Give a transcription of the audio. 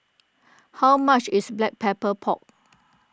how much is Black Pepper Pork